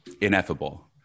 ineffable